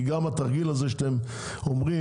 כי גם התרגיל הזה שאתם אומרים,